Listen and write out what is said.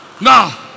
Now